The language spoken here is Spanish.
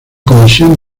comisión